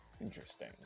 Interesting